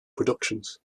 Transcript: productions